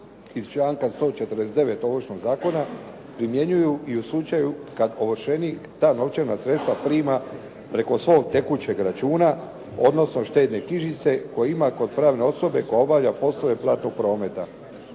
iz članka 149. Ovršnog zakona primjenjuju i u slučaju kad ovršenik ta novčana sredstva prima preko svog tekućeg računa odnosno štedne knjižice koji ima kod pravne osobe koja obavlja poslove platnog prometa.